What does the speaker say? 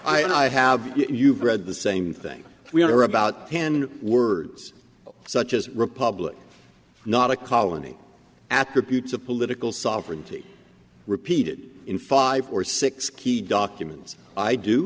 i have you read the same thing we are about ten words such as republic not a colony attributes of political sovereignty repeated in five or six key documents i do